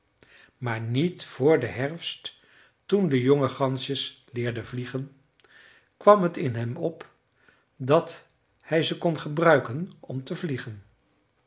maar niet vr den herfst toen de jonge gansjes leerden vliegen kwam het in hem op dat hij ze kon gebruiken om te vliegen